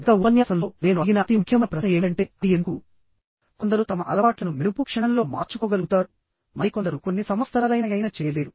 గత ఉపన్యాసంలో నేను అడిగిన అతి ముఖ్యమైన ప్రశ్న ఏమిటంటే అది ఎందుకు కొందరు తమ అలవాట్లను మెరుపు క్షణంలో మార్చుకోగలుగుతారుమరికొందరు కొన్ని సంవస్తరాలైన యైన చేయలేరు